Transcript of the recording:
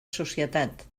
societat